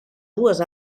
dues